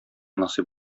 насыйп